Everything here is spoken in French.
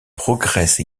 progresse